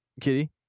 kitty